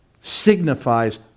signifies